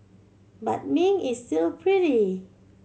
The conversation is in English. but Ming is still pretty